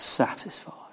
Satisfied